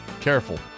careful